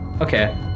okay